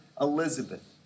Elizabeth